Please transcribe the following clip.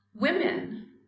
women